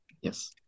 Yes